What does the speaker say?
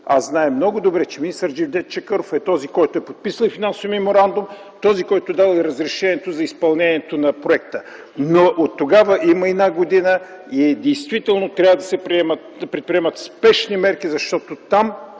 Аз зная много добре, че министър Джевдет Чакъров е този, който е подписал финансовия меморандум, този, който е дал и разрешението за изпълнението на проекта. Но оттогава има една година и действително трябва да се предприемат спешни мерки, защото там